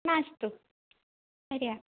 मास्तु पर्याप्तम्